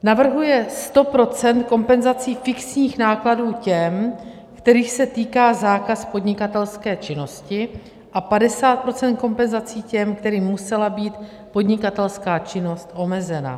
Navrhuje 100 % kompenzací fixních nákladů těm, kterých se týká zákaz podnikatelské činnosti, a 50 % kompenzací těm, kterým musela být podnikatelské činnost omezena.